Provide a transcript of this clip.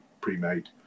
pre-made